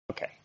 Okay